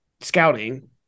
scouting